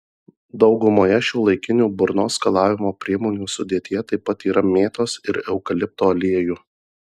daugumoje šiuolaikinių burnos skalavimo priemonių sudėtyje taip pat yra mėtos ir eukalipto aliejų